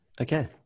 Okay